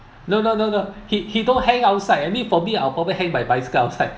no no no no he he don't hang outside I mean for me I'll probably hang my bicycle outside